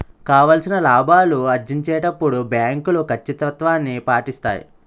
కావాల్సిన లాభాలు ఆర్జించేటప్పుడు బ్యాంకులు కచ్చితత్వాన్ని పాటిస్తాయి